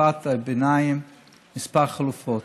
בתקופת הביניים כמה חלופות.